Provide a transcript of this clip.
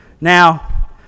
now